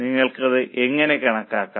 നിങ്ങൾക്കത് എങ്ങനെ കണക്കാക്കാം